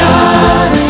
God